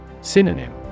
Synonym